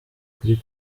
kuri